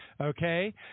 Okay